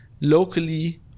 locally